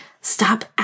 Stop